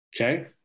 Okay